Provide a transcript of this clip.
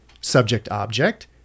subject-object